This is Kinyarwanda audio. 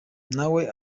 nawe